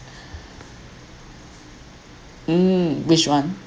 mm which one